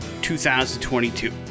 2022